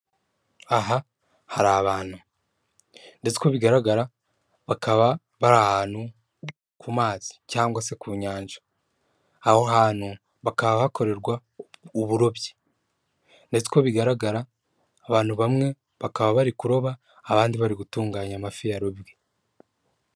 Aha hari abantu ndetse uko bigaragara bakaba bari ahantu ku mazi cyangwa se ku nyanja, aho hantu hakaba hakorerwa uburobyi ndetse uko bigaragara abantu bamwe bakaba bari kuroba abandi bari gutunganya amafi ya rubwe.